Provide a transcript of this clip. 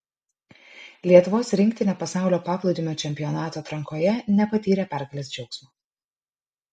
lietuvos rinktinė pasaulio paplūdimio čempionato atrankoje nepatyrė pergalės džiaugsmo